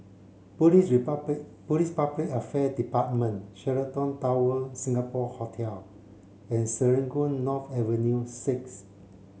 Police Police Public Affair Department Sheraton Tower Singapore Hotel and Serangoon North Avenue six